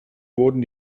wurden